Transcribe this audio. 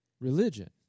religion